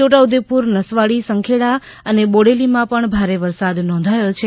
છોટા ઉદેપુર નસવાડી સંખેડા અને બોડેલીમાં પણ ભારે વરસાદ નોંધાયો છે